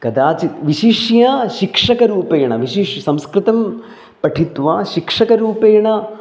कदाचित् विशिष्य शिक्षकरूपेण विशिष संस्कृतं पठित्वा शिक्षकरूपेण